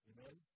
Amen